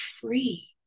free